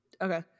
Okay